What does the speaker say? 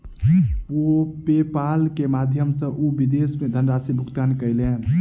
PayPal के माध्यम सॅ ओ विदेश मे धनराशि भुगतान कयलैन